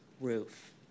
roof